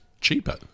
cheaper